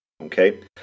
okay